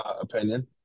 opinion